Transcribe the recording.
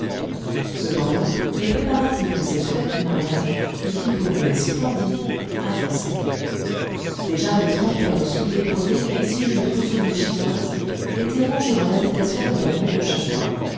cependant les préparatifs de cette fête du mariage que kin fo voulait splendide avançaient déjà les trente paires de souliers brodés qu'exige le trousseau d'une chinoise étaient rangées dans l'habitation de l'avenue de cha coua